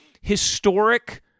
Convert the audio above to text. historic